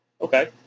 okay